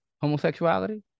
homosexuality